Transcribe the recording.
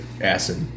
Acid